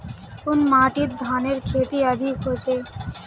कुन माटित धानेर खेती अधिक होचे?